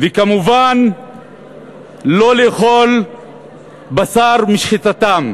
וכמובן לא לאכול בשר משחיטתם,